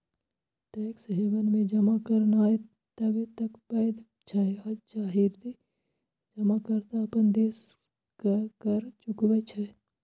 tax haven मे जमा करनाय तबे तक वैध छै, जाधरि जमाकर्ता अपन देशक कर चुकबै छै